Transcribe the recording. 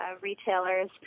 retailers